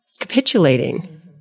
capitulating